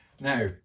now